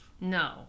No